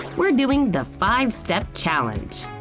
we're doing the five step challenge!